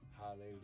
Hallelujah